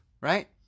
right